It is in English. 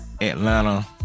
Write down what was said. Atlanta